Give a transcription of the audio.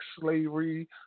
slavery